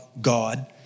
God